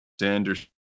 Sanders